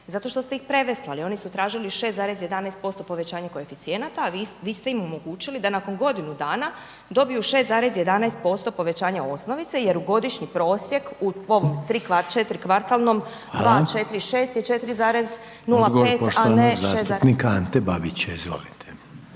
zato što ste ih preveslali, oni su tražili 6,11% povećanja koeficijenata a vi te im omogućili da nakon godinu dana dobiju 6,11% povećanja osnovice jer u godišnji prosjek u tom četiri kvartalnom, 2, 4, 6 je 4,05 a ne 6